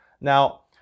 Now